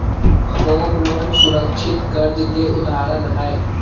home loan सुरक्षित कर्ज के उदाहरण हय